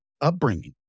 upbringing